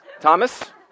Thomas